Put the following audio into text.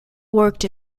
worked